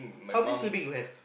how many sibling you have